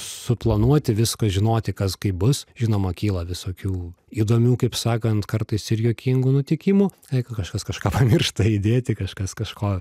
suplanuoti visko žinoti kas kaip bus žinoma kyla visokių įdomių kaip sakant kartais ir juokingų nutikimų jeigu kažkas kažką pamiršta įdėti kažkas kažko